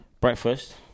breakfast